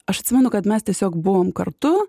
aš atsimenu kad mes tiesiog buvom kartu